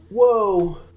Whoa